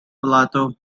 plato